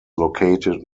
located